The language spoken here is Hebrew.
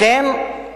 לכן,